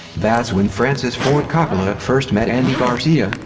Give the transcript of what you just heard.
that's when francis ford coppola first met andy garcia,